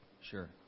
Sure